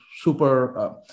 super